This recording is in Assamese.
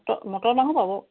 মট মটৰ মাহো পাব